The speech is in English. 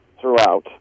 throughout